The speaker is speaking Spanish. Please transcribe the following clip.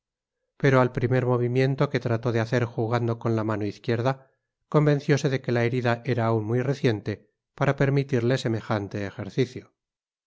pero al primer movimiento que trató de hacer jugando con la mano izquierda convencióse de que la herida era aun muy reciente para permitirle semejante ejercicio